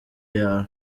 yawe